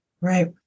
Right